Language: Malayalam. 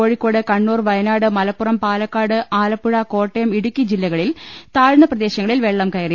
കോഴിക്കോട് കണ്ണൂർവയനാട് മല പ്പുറം പാലക്കാട് ആലപ്പുഴ കോട്ടയം ഇടുക്കി ജില്ലകളിൽ താഴ്ന്ന പ്രദേശങ്ങളിൽ വെള്ളം കയറി